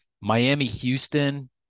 Miami-Houston